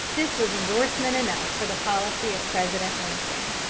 this was endorsement enough for the policy of president lincoln.